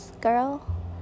girl